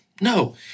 No